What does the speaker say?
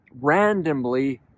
randomly